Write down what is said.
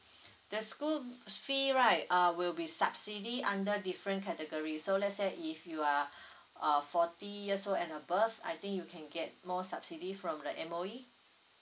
the school fee right uh will be subsidy under different category so let's say if you are uh forty years old and above I think you can get more subsidy from the M_O_E